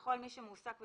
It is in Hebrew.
וכל מי שמועסק בשירותם,